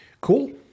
Cool